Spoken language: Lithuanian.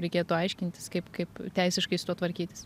reikėtų aiškintis kaip kaip teisiškai su tuo tvarkytis